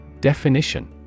Definition